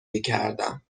میکردم